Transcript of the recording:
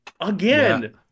Again